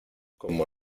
como